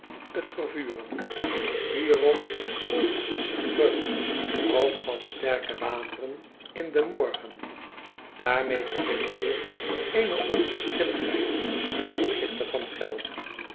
vervuren hierop volgt een reuk als van sterke wateren in den morgen daarmee verbindt zich eene onverschilligheid ten opzichte van geld